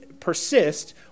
persist